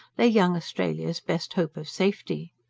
lay young australia's best hope of safety.